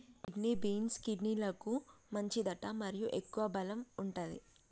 kidney beans, కిడ్నీలకు మంచిదట మరియు ఎక్కువ బలం వుంటది